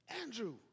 Andrew